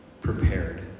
prepared